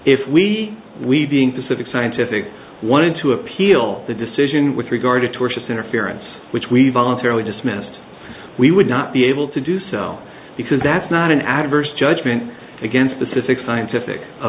if we we being pacific scientific one to appeal the decision with regard to tortious interference which we voluntarily dismissed we would not be able to do so because that's not an adverse judgment against the six scientific